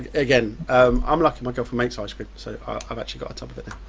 again i'm lucky my girlfriend makes ice cream so i've actually got a tub of it,